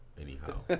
anyhow